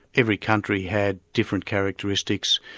every country had different characteristics,